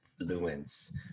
Influence